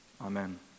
Amen